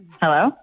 hello